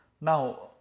Now